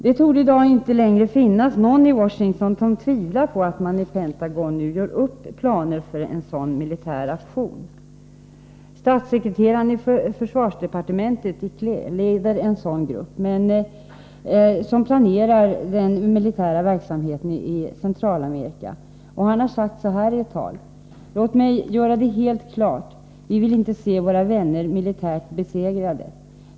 Det torde i dag inte längre finnas någon i Washington som tvivlar på att man i Pentagon nu gör upp planer för en sådan militär aktion. Statssekreteraren i försvarsdepartementet Iklé leder en grupp som planerar den militära verksamheten i Centralamerika. Han har sagt så här i ett tal: ”Låt mig göra det helt klart. Vi vill inte se våra vänner militärt besegrade.